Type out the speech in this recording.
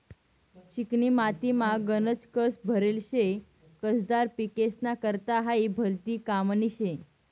चिकनी मातीमा गनज कस भरेल शे, कसदार पिकेस्ना करता हायी भलती कामनी शे